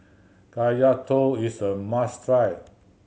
Kaya Toast is a must try